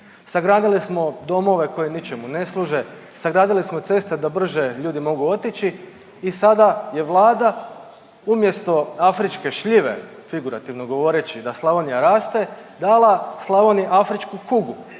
Sagradili smo domove koji ničemu ne služe, sagradili smo ceste da brže ljudi mogu otići i sada je Vlada umjesto afričke šljive, figurativno govoreći da Slavonija raste, dala Slavoniji afričku kugu